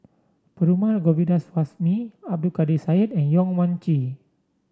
Perumal Govindaswamy Abdul Kadir Syed and Yong Mun Chee